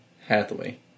Hathaway